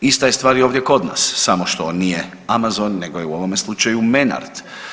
Ista je stvar i ovdje kod nas samo što nije Amazon nego je u ovome slučaju Menard.